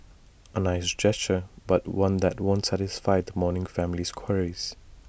A nice gesture but one that won't satisfy the mourning family's queries